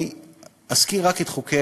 אני אזכיר רק את חוקי-היסוד